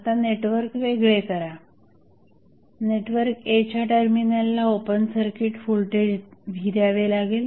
आता नेटवर्क वेगळे करा नेटवर्क A च्या टर्मिनलला ओपन सर्किट व्होल्टेज V द्यावे लागेल